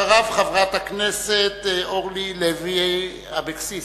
אחריו, חברת הכנסת אורלי לוי אבקסיס.